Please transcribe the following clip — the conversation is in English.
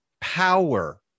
power